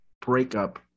breakup